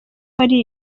wari